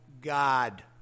God